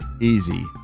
easy